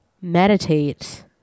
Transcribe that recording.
meditate